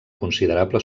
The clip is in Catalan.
considerable